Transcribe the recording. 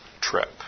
trip